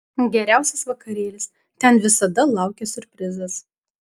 geriausias vakarėlis ten visada laukia siurprizas